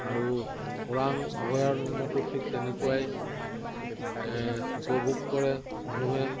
আৰু ওৰাং অভয়াৰণ্যটো ঠিক তেনেকুৱাই উপভোগ কৰে মানুহে